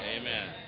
Amen